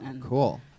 Cool